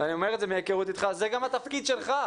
ואני אומר את זה מהיכרות אתך זה גם התפקיד שלך,